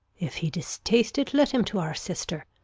if he distaste it, let him to our sister,